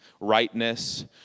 rightness